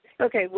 Okay